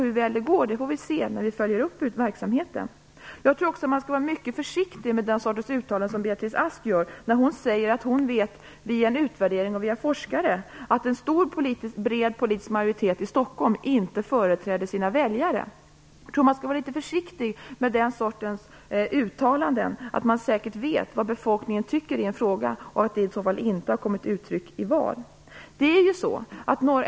Hur väl det går får vi se när vi följer upp verksamheten. Jag tror också att man skall vara mycket försiktig med den sortens uttalanden som Beatrice Ask gör, när hon säger att hon vet, via en utvärdering och via forskare, att en stor och bred politisk majoritet i Stockholm inte företräder sina väljare. Det är vanskligt att säga att man säkert vet vad befolkningen tycker i en fråga. Det har i så fall inte kommit till uttryck i val.